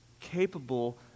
capable